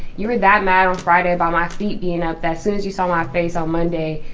you were that mad on friday about my feet being up that since you saw my face on monday,